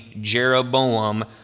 Jeroboam